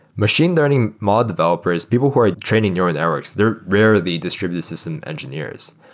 machine learning model developers, people who are training neural networks, they're rarely distributed system engineers.